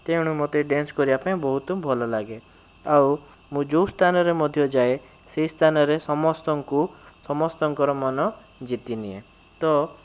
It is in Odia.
ତେଣୁ ମୋତେ ଡ଼୍ୟାନ୍ସ କରିବା ପାଇଁ ବହୁତ ଭଲ ଲାଗେ ଆଉ ମୁଁ ଯେଉଁ ସ୍ଥାନରେ ମଧ୍ୟ ଯାଏ ସେହି ସ୍ଥାନରେ ସମସ୍ତଙ୍କୁ ସମସ୍ତଙ୍କର ମନ ଜିତିନିଏ ତ